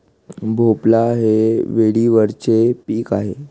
भोपळा हे वेलीवरचे पीक आहे